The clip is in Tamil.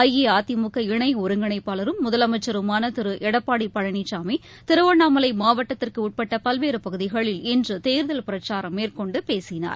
அஇஅதிமுக இணை ஒருங்கிணைப்பாளரும் முதலமைச்சருமான திரு எடப்பாடி பழனிசாமி திருவண்ணாமலை மாவட்டத்திற்கு உட்பட்ட பல்வேறு பகுதிகளில் இன்று தேர்தல் பிரச்சாரம் மேற்கொண்டு பேசினார்